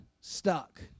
stuck